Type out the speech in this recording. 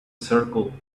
circle